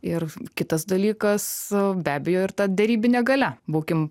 ir kitas dalykas be abejo ir ta derybinė galia būkim